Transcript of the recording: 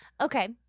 Okay